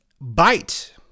Bite